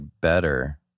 better